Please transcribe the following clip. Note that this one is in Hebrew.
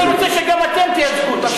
אני רוצה שגם אתם תייצגו אותם,